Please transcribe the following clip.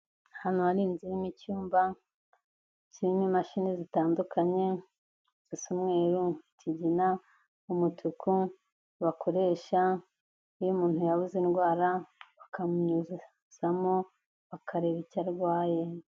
Ahantu hari inzu irimo icyumba, zirimo imashini zitandukanye, zisa umweru, ikigina, umutuku, bakoresha iyo umuntu yabuze indwara, bakamunyuzamo, bakareba icyo arwaye.